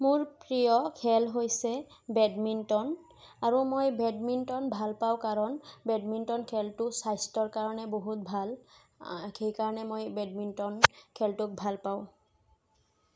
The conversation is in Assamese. মোৰ প্ৰিয় খেল হৈছে বেডমিণ্টন আৰু মই বেডমিণ্টন ভাল পাওঁ কাৰণ বেডমিণ্টন খেলটো স্বাস্থ্যৰ কাৰণে বহুত ভাল সেইকাৰণে মই বেডমিণ্টন খেলটো ভাল পাওঁ